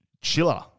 Chiller